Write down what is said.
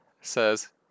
says